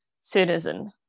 citizen